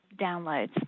downloads